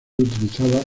utilizada